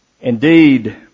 Indeed